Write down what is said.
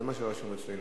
זה מה שרשום אצלנו.